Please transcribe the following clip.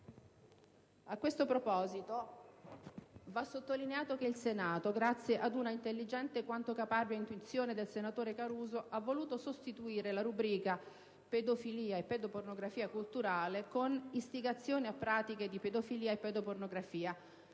A questo proposito, va sottolineato che il Senato, grazie ad una intelligente quanto caparbia intuizione del senatore Caruso, ha voluto sostituire la rubrica «pedofilia e pedopornografia culturale» con quella «istigazione a pratiche di pedofilia e pedopornografia»,